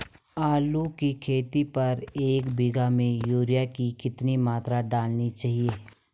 आलू की खेती पर एक बीघा में यूरिया की कितनी मात्रा डालनी चाहिए?